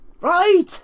Right